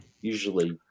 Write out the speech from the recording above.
usually